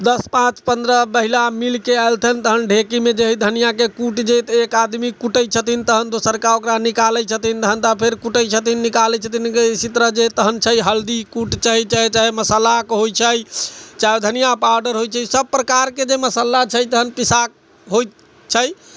दश पाँच पन्द्रह महिला मिलके अयलथिन तहन ढेकीमे जे हइ धनियाके कूट जे एक आदमी कूटैत छथिन तहन दोसरका ओकरा निकालैत छथिन तहन तऽ फेर कूटैत छथिन निकालैत छथिन एहि तरह जे तहन छै हल्दी कूट छै चाहे मशालाके होइत छै चाहे ओ धनिआ पाउडर होइत छै सब प्रकारके जे मशाला छै तहन पिसा होइत छै